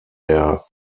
der